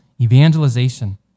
Evangelization